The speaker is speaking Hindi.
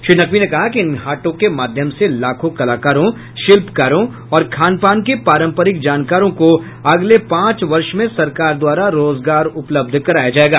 श्री नकवी ने कहा कि इन हाटों के माध्यम से लाखों कलाकारों शिल्पकारों और खानपान के पारंपरिक जानकारों को अगले पांच वर्ष में सरकार द्वारा रोजगार उपलब्ध कराया जायेगा